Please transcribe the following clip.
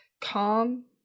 calm